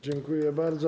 Dziękuję bardzo.